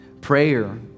Prayer